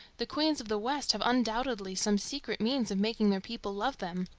the queens of the west have undoubtedly some secret means of making their people love them.